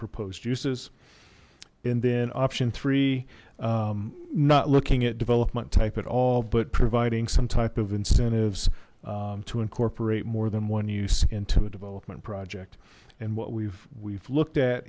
proposed uses and then option three not looking at development type at all but providing some type of incentives to incorporate more than one use into a development project and what we've we've looked at